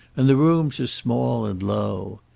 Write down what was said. and the rooms are small and low.